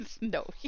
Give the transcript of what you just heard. no